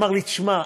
אמר לי: תשמע,